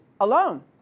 alone